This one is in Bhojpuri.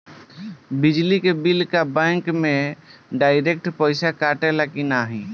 बिजली के बिल का बैंक से डिरेक्ट पइसा कटेला की नाहीं?